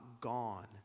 gone